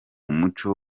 umuco